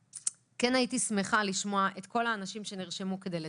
הייתי שמחה לשמוע את כל האנשים שנרשמו כדי לדבר,